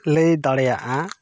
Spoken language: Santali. ᱞᱟᱹᱭ ᱫᱟᱲᱮᱭᱟᱜᱼᱟ